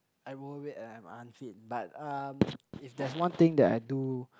I'm overweight and am unfit but um if there's one thing that I do